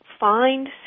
Find